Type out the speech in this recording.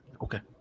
Okay